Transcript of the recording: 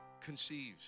conceives